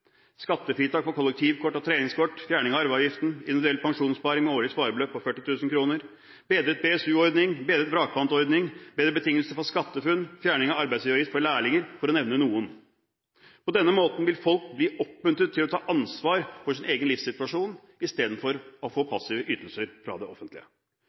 Skattefritak for kollektivkort og treningskort, fjerning av arveavgiften, individuell pensjonssparing og årlig sparebeløp på 40 000 kr, bedret BSU-ordning, bedret vrakpantordning, bedre betingelser for SkatteFUNN, fjerning av arbeidsgiveravgift for lærlinger, for å nevne noen. På denne måten vil folk bli oppmuntret til å ta ansvar for sin egen livssituasjon istedenfor å få passive ytelser fra det offentlige.